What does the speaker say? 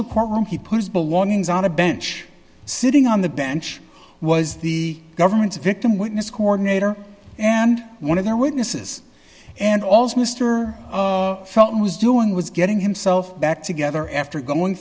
the courtroom he put his belongings on a bench sitting on the bench was the government's victim witness coordinator and one of their witnesses and also mr felt was doing was getting himself back together after going